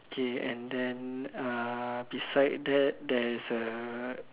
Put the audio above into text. okay and then uh beside that there is a